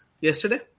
yesterday